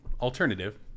alternative